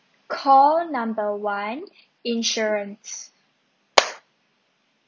call number one insurance